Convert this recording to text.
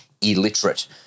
illiterate